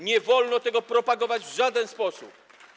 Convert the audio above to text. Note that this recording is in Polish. Nie wolno tego propagować w żaden sposób.